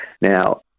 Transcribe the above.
Now